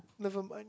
nevermind